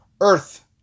Earth